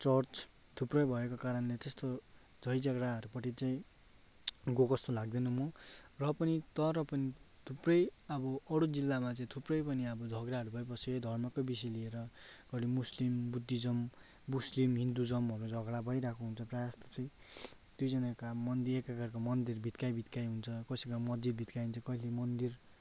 church थुप्रै भएको कारणले त्यस्तो झैझगडाहरूपट्टि चाहिँ गएको जस्तो लाग्दैन म र पनि तर पनि थुप्रै अब अरू जिल्लामा चाहिँ थुप्रै पनि अब झगडाहरू भइबस्छ यही धर्मकै विषय लिएर कहिले मुस्लिम बुद्धिज्म मुस्लिम हिन्दुज्महरू झगडा भइरहेको हुन्छ प्रायः जस्तो चाहिँ दुईजनाका मन्दि एकअर्काका मन्दिर भित्काइ भित्काइ हुन्छ कोसैको मस्जिद भित्काइदिन्छ कहिले मन्दिर